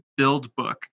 BuildBook